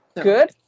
good